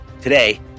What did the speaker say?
today